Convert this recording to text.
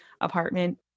apartment